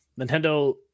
Nintendo